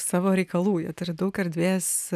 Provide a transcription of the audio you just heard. savo reikalų jie turi daug erdvės